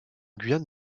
guyane